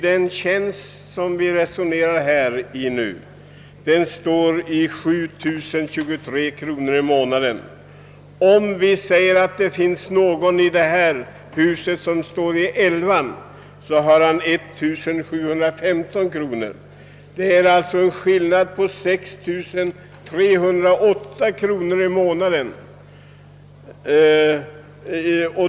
Den tjänst som vi nu resonerar om medför en lön på 7023 kronor per månad, medan den som däremot står i lönegrad 11 får 1715 kronor per månad. Det är alltså en skillnad på 5 308 kronor i månaden.